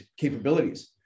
capabilities